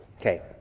Okay